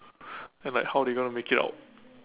and like how they gonna make it out